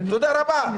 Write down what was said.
תודה רבה,